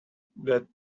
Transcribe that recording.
that